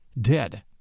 dead